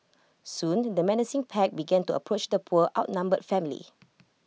soon the menacing pack began to approach the poor outnumbered family